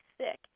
sick